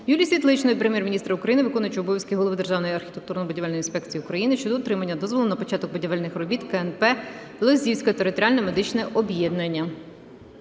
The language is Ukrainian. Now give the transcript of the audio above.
Юлії Світличної до Прем'єр-міністра України, виконувача обов'язків голови Державної архітектурно-будівельної інспекції України щодо отримання дозволу на початок будівельних робіт КНП "Лозівське територіальне медичне об'єднання".